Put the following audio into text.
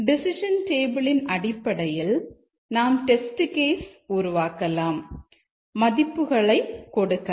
decision டேபிளின் கிடைக்கும்